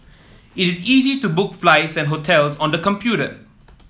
it is easy to book flights and hotels on the computer